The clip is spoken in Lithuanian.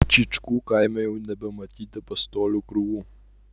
čyčkų kaime jau nebematyti pastolių krūvų